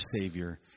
Savior